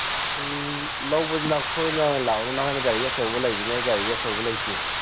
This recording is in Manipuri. ꯂꯧꯕꯗꯤ ꯅꯈꯣꯏꯅ ꯂꯥꯛꯑꯣ ꯅꯣꯏꯅ ꯒꯥꯔꯤ ꯑꯆꯧꯕ ꯂꯩꯕꯅꯤꯅ ꯑꯩ ꯒꯥꯔꯤ ꯑꯆꯧꯕ ꯂꯩꯇꯦ